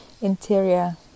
interior